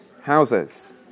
houses